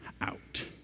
out